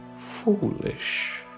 foolish